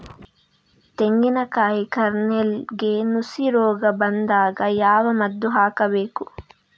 ತೆಂಗಿನ ಕಾಯಿ ಕಾರ್ನೆಲ್ಗೆ ನುಸಿ ರೋಗ ಬಂದಾಗ ಯಾವ ಮದ್ದು ಹಾಕಬೇಕು?